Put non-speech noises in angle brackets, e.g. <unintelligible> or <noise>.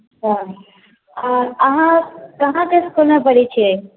<unintelligible>